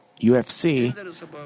UFC